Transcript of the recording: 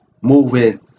moving